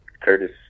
curtis